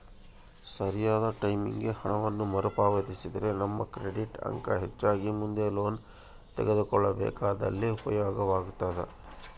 ಸರಿಯಾದ ಟೈಮಿಗೆ ಹಣವನ್ನು ಮರುಪಾವತಿಸಿದ್ರ ನಮ್ಮ ಕ್ರೆಡಿಟ್ ಅಂಕ ಹೆಚ್ಚಾಗಿ ಮುಂದೆ ಲೋನ್ ತೆಗೆದುಕೊಳ್ಳಬೇಕಾದಲ್ಲಿ ಉಪಯೋಗವಾಗುತ್ತದೆ